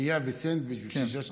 שתייה וסנדוויץ' בשישה שקלים?